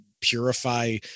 purify